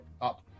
up